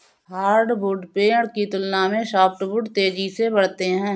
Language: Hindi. हार्डवुड पेड़ की तुलना में सॉफ्टवुड तेजी से बढ़ते हैं